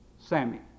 Sammy